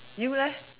you leh